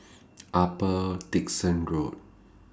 Upper Dickson Road